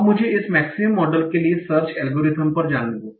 अब मुझे इस मेक्सिमम मॉडल के लिए सर्च एल्गोरिथ्म पर जाने दें